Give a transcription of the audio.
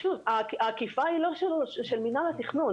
האכיפה היא לא של מינהל התכנון.